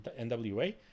NWA